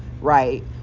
right